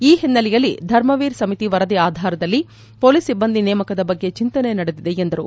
ಈ ಹಿನ್ನೆಲೆಯಲ್ಲಿ ಧರ್ಮವೀರ್ ಸಮಿತಿ ವರದಿ ಆಧಾರದಲ್ಲಿ ಪೋಲಿಸ್ ಸಿಬ್ಬಂದಿ ನೇಮಕದ ಬಗ್ಗೆ ಚಿಂತನೆ ನಡೆದಿದೆ ಎಂದರು